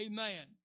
Amen